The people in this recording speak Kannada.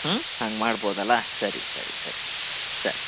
ಹ್ಞೂ ಹಂಗೆ ಮಾಡ್ಬೋದಲ್ಲ ಸರಿ ಸರಿ ಸರಿ ಸರಿ